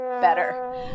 better